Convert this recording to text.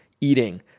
eating